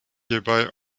hierbei